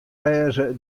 wêze